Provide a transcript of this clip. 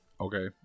Okay